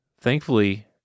thankfully